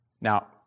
Now